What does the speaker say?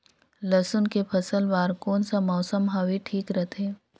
लसुन के फसल बार कोन सा मौसम हवे ठीक रथे?